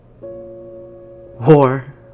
War